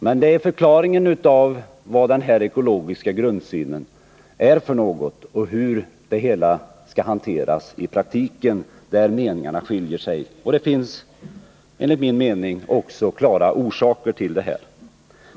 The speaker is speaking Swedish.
Men det är i fråga om förklaringen till vad den här ekologiska grundsynen innebär och hur det hela skall hanteras i praktiken som meningar skiljer sig. Det finns enligt min mening också klara orsaker till det.